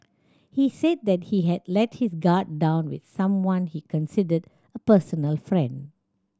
he said that he had let his guard down with someone he considered a personal friend